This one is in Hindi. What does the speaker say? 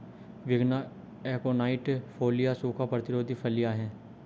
विग्ना एकोनाइट फोलिया सूखा प्रतिरोधी फलियां हैं